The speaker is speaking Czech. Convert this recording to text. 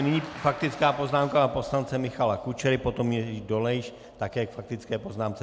Nyní faktická poznámka pana poslance Michala Kučery, potom Jiří Dolejš také k faktické poznámce.